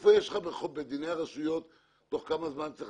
איפה נקבע בדיני הרשויות בתוך כמה זמן צריך